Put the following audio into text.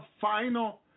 final